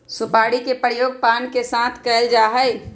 सुपारी के प्रयोग पान के साथ कइल जा हई